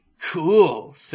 Cool